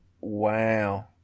wow